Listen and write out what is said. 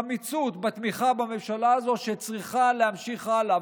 חמיצות בתמיכה בממשלה הזו, שצריכה להמשיך הלאה.